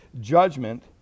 judgment